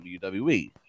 wwe